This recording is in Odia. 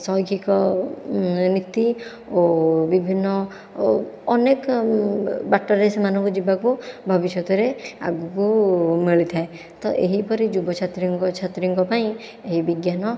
ଶୈକ୍ଷିକ ନୀତି ଓ ବିଭିନ୍ନ ଓ ଅନେକ ବାଟରେ ସେମାନଙ୍କୁ ଯିବାକୁ ଭବିଷ୍ୟତରେ ଆଗକୁ ମିଳିଥାଏ ତ ଏହିପରି ଯୁବ ଛାତ୍ରୀଙ୍କ ଛାତ୍ରୀଙ୍କ ପାଇଁ ଏହି ବିଜ୍ଞାନ